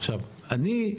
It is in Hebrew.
עכשיו, אני,